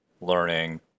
learning